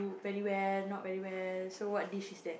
cook very well not very well so what dish is that